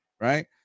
Right